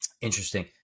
Interesting